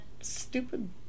stupid